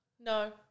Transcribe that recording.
No